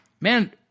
Man